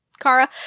Kara